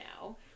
now